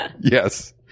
Yes